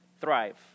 thrive